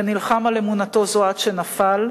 ונלחם על אמונתו זו עד שנפל.